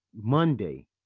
Monday